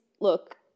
look